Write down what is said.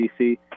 DC